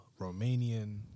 romanian